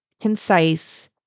concise